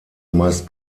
meist